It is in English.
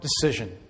decision